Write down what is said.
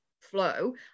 flow